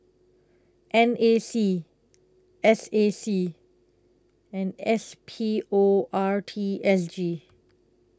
N A C S A C and S P O R T S G